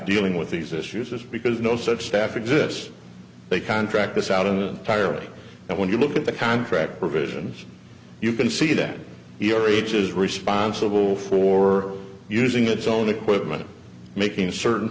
dealing with these issues is because no such staff exists they contract this out in the fire and when you look at the contract provisions you can see that your reach is responsible for using its own equipment making certain